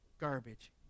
garbage